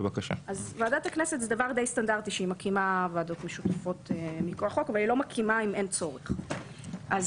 בכל מקום, במקום "ועדת הפנים והגנת הסביבה"